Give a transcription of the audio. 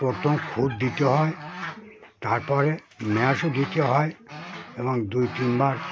প্রথম খুদ দিতে হয় তারপরে ম্যাশও দিতে হয় এবং দুই তিনবার